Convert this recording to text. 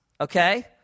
Okay